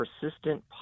persistent